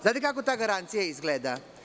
Znate kako ta garancija izgleda?